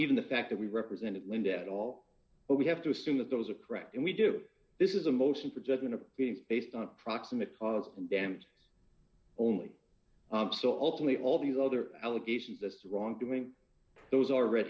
even the fact that we represented linda at all but we have to assume that those are correct and we do this is a motion for judgment of based on proximate cause damage only so ultimately all these other allegations that wrongdoing those are red